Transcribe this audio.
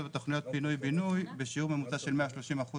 בתוכניות פינוי בינוי בשיעור ממוצע של 130% בשנה.